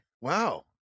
Wow